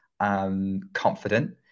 confident